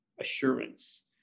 assurance